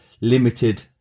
limited